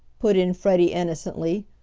put in freddie innocently,